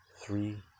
three